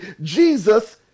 Jesus